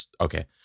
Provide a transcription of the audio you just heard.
okay